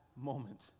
moment